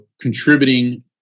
contributing